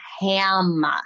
ham